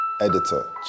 Editor